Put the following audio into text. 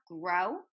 grow